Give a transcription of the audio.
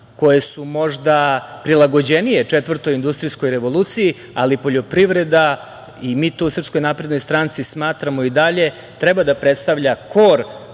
koje su možda prilagođenije četvrtoj industrijskoj revoluciji, ali poljoprivreda, i mi to u SNS smatramo i dalje, treba da predstavlja kor